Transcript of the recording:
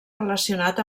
relacionat